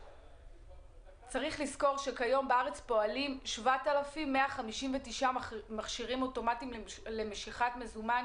כיום בארץ פועלים 7,159 מכשירים אוטומטיים למשיכת מזומן,